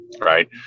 right